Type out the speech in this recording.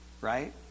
right